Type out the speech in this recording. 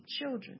children